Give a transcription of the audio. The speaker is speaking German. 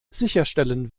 sicherstellen